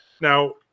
Now